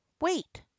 wait